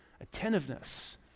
Attentiveness